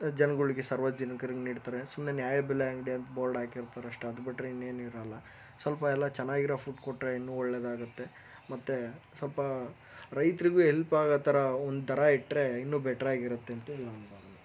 ಜನಗಳಿಗೆ ಸಾರ್ವಜನಿಕರಿಗೆ ನೀಡ್ತಾರೆ ಸುಮ್ಮನೆ ನ್ಯಾಯಬೆಲೆ ಅಂಗಡಿ ಅಂತ ಬೋರ್ಡ್ ಹಾಕಿರ್ತಾರಷ್ಟೇ ಅದು ಬಿಟ್ಟರೆ ಇನ್ನೇನು ಇರಲ್ಲ ಸ್ವಲ್ಪ ಎಲ್ಲ ಚೆನ್ನಾಗಿರೋ ಫುಡ್ ಕೊಟ್ಟರೆ ಇನ್ನೂ ಒಳ್ಳೆದಾಗುತ್ತೆ ಮತ್ತೆ ಸ್ವಲ್ಪ ರೈತರಿಗೂ ಹೆಲ್ಪ್ ಆಗೋಥರ ಒಂಥರ ಇಟ್ಟರೆ ಇನ್ನೂ ಬೇಟ್ರಾಗಿರತ್ತೆ ಅಂಥೇಳಿ ನನ್ನ ಭಾವನೆ